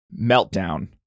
Meltdown